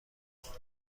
کنیم